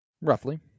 roughly